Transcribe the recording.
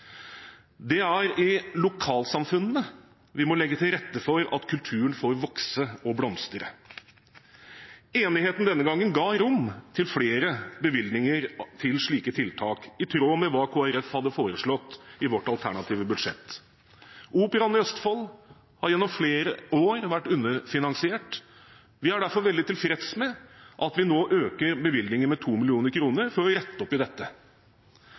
Det er i lokalsamfunnene vi må legge til rette for at kulturen får vokse og blomstre. Enigheten denne gangen ga rom til flere bevilgninger til slike tiltak, i tråd med det vi i Kristelig Folkeparti hadde foreslått i vårt alternative budsjett. Operaen i Østfold har gjennom flere år vært underfinansiert. Vi er derfor veldig tilfredse med at vi nå øker bevilgningen med 2 mill. kr for å rette opp i dette.